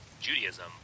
Judaism